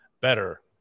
Better